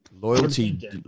Loyalty